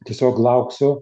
tiesiog lauksiu